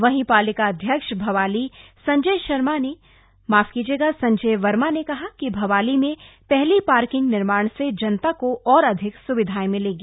वहीं पालिका अध्यक्ष भवाली संजय वर्मा ने कहा कि भवाली में पहली पार्किंग निर्माण से जनता को और अधिक स्विधाएं मिलेंगी